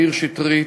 מאיר שטרית,